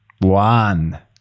one